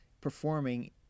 performing